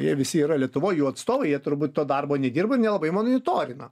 jie visi yra lietuvoj jų atstovai jie turbūt to darbo nedirba nelabai monitorina